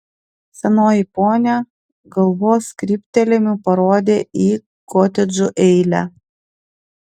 senoji ponia galvos kryptelėjimu parodė į kotedžų eilę